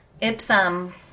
Ipsum